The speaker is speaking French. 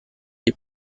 les